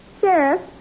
Sheriff